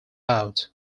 out